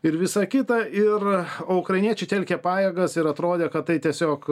ir visą kitą ir o ukrainiečiai telkė pajėgas ir atrodė kad tai tiesiog